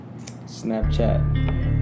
Snapchat